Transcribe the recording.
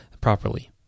properly